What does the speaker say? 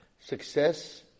success